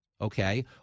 okay